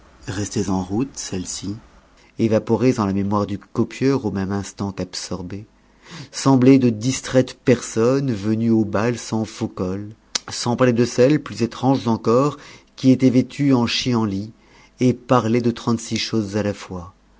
restées en route celles-ci évaporées en la mémoire du copieur au même instant qu'absorbées semblaient de distraites personnes venues au bal sans faux cols sans parler de celles plus étranges encore qui étaient vêtues en chie en lit et parlaient de trente-six choses à la fois